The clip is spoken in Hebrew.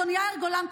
אדון יאיר גולן,